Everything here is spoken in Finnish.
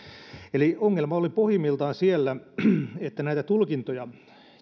eli ongelma oli pohjimmiltaan siinä että näitä tulkintoja